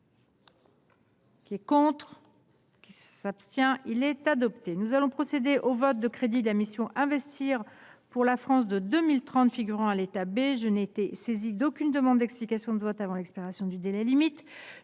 L’amendement n° II 629 rectifié est retiré. Nous allons procéder au vote des crédits de la mission « Investir pour la France de 2030 », figurant à l’état B. Je n’ai été saisie d’aucune demande d’explication de vote avant l’expiration du délai limite.